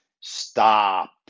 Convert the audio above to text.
Stop